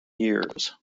years